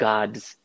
God's